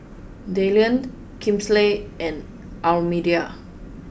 Dylan Kinsley and Almedia